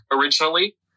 originally